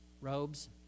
Robes